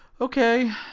okay